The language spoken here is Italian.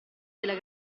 della